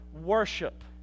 worship